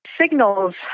signals